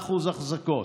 10% אחזקות,